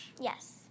Yes